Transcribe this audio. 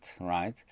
Right